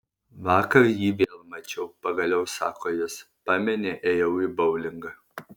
vakar jį vėl mačiau pagaliau sako jis pameni ėjau į boulingą